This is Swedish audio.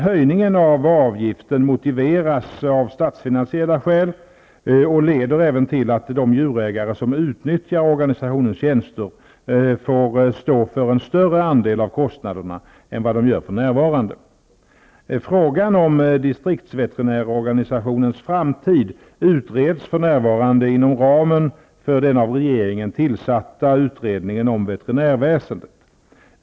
Höjningen av avgiften motiveras av statsfinansiella skäl och leder även till att de djurägare som utnyttjar organisationens tjänster får stå för en större andel av kostnaderna än vad de gör för närvarande. Frågan om distriktsveterinärorganisationens framtid utreds för närvarande inom ramen för den av regeringen tillsatta utredningen om veterinärväsendet.